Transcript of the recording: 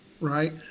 Right